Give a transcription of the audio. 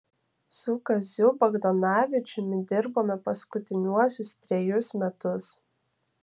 su kaziu bagdonavičiumi dirbome paskutiniuosius trejus metus